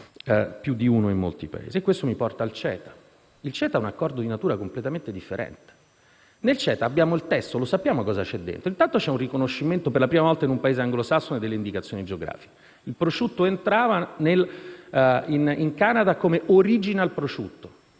più di uno in molti Paesi. Ciò mi porta a parlare del CETA, che è un accordo di natura completamente differente. Del CETA abbiamo il testo e sappiamo cosa contiene: intanto c'è un riconoscimento, per la prima volta in un Paese anglosassone, delle indicazioni geografiche. Il prosciutto di Parma entrava in Canada come «*original* prosciutto»,